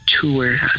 tour